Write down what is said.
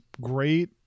great